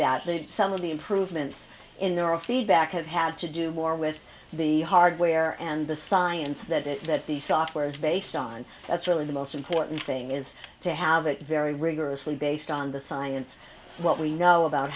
the some of the improvements in there are a feedback have had to do more with the hardware and the science that the software is based on that's really the most important thing is to have it very rigorously based on the science what we know about